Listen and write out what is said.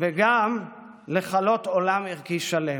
וגם לכלות עולם ערכי שלם.